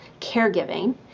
caregiving